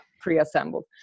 pre-assembled